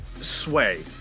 sway